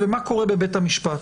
בבית המשפט.